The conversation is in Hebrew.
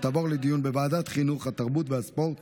לוועדת החינוך, התרבות והספורט